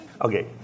Okay